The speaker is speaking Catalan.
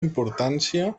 importància